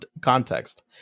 context